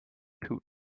putin